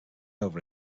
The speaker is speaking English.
over